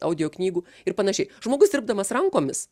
audio knygų ir panašiai žmogus dirbdamas rankomis